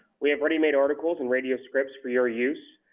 we have ready-made articles and radio scripts for your use.